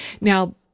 Now